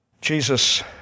Jesus